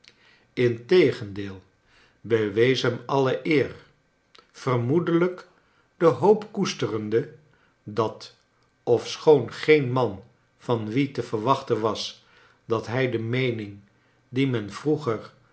integendeel be wees hem alle eer vermoedelijk de hoop koesterende dat ofschoon geen man van wien te verwachten was dat hij de meening die men vroeger